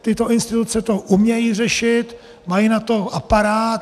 Tyto instituce to umějí řešit, mají na to aparát.